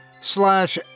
slash